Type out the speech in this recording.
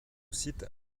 site